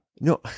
No